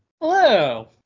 Hello